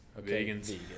Vegans